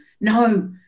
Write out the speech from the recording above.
No